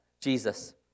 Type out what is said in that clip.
Jesus